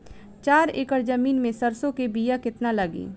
चार एकड़ जमीन में सरसों के बीया कितना लागी?